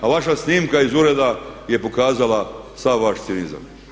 A vaša snimka iz ureda je pokazala sav vaš cinizam.